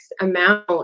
amount